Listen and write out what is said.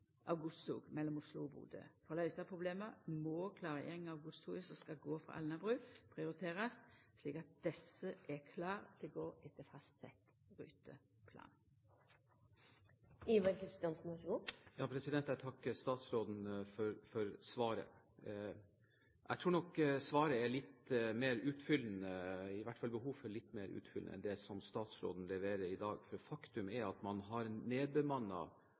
godstog mellom Oslo og Bodø. For å løysa problema må klargjeringa av godstoga som skal gå frå Alnabru, prioriterast, slik at desse er klare til å gå etter fastsett ruteplan. Jeg takker statsråden for svaret. Jeg tror nok det er behov for et litt mer utfyllende svar enn det statsråden leverer i dag. For faktum er at man har